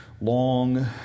long